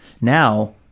Now